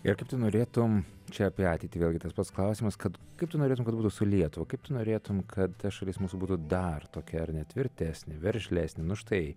ir kaip tu norėtum čia apie ateitį vėlgi tas pats klausimas kad kaip tu norėtum kad būtų su lietuva kaip tu norėtum kad ta šalis mus būtų dar tokia ar ne tvirtesnė veržlesnė nu štai